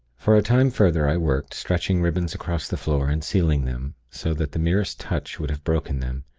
for a time further, i worked, stretching ribbons across the floor, and sealing them, so that the merest touch would have broken them,